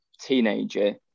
teenager